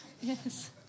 Yes